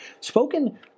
spoken